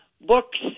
books